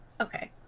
okay